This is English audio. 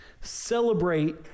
celebrate